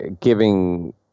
giving